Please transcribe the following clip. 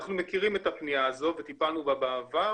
אנחנו מכירים את הפניה הזו וטיפלנו בה בעבר